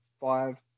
five